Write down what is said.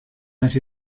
that